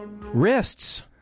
Wrists